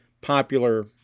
popular